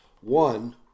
One